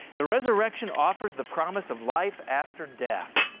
the resurrection offers the promise of life after death.